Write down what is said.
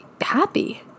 happy